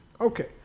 okay